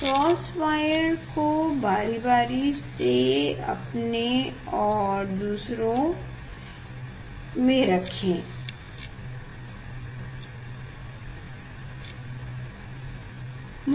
cross wire को बारी बारी से पहले और दूसरे में रखना है